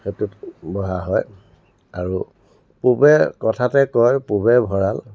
সেইটোত বহা হয় আৰু পূবে কথাতে কয় পূবে ভঁৰাল